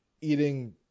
eating